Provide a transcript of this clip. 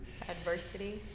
adversity